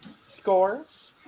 Scores